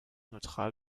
neutral